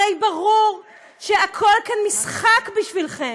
הרי ברור שהכול כאן משחק בשבילכם.